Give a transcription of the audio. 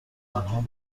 آنها